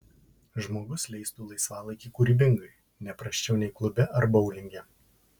žmogus leistų laisvalaikį kūrybingai ne prasčiau nei klube ar boulinge